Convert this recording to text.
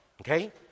Okay